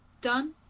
done